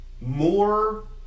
more